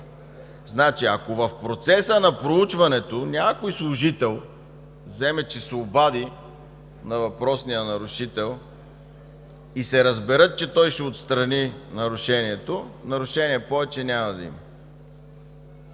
Значи ако в процеса на проучването някой служител вземе че се обади на въпросния нарушител и се разберат, че той ще отстрани нарушението, нарушение повече няма да има.